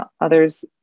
others